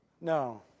no